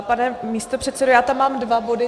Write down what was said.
Pane místopředsedo, já tam mám dva body.